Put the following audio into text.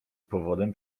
powodem